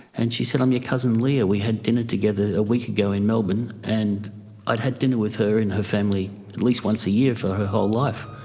and she said, i'm your cousin leah, we had dinner together a week ago in melbourne. and i had dinner with her and her family at least once a year for her whole life.